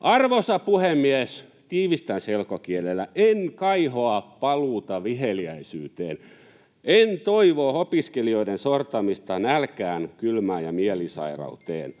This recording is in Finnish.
Arvoisa puhemies! Tiivistäen selkokielellä: En kaihoa paluuta viheliäisyyteen. En toivo opiskelijoiden sortamista nälkään, kylmään ja mielisairauteen.